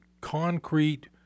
concrete